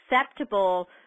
acceptable